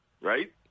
Right